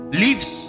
leaves